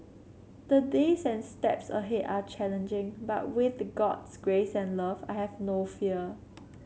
the days and steps ahead are challenging but with God's grace and love I have no fear